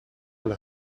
will